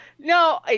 no